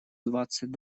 двадцать